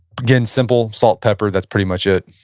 again, simple salt, pepper that's pretty much it